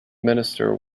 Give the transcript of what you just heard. minister